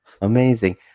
amazing